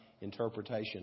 interpretation